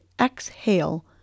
exhale